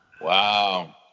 Wow